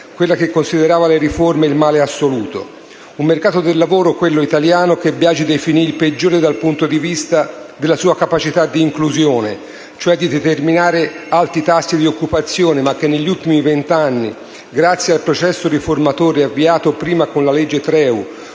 quella che considerava le riforme il male assoluto. Un mercato del lavoro, quello italiano, che Biagi definì il peggiore dal punto di vista della sua capacità di inclusione, cioè di determinare alti tassi di occupazione, ma che negli ultimi vent'anni, grazie al processo riformatore avviato prima con la legge Treu,